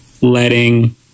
letting